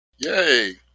Yay